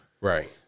Right